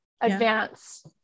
advance